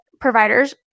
providers